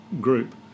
group